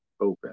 open